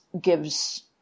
gives